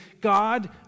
God